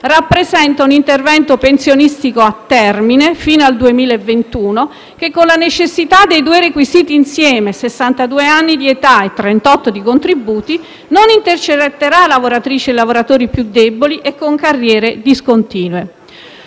rappresenta un intervento pensionistico a termine (fino al 2021) che, con la necessità dei due requisiti insieme (sessantadue anni di età e trentotto di contributi), non intercetterà lavoratrici e lavoratori più deboli e con carriere discontinue.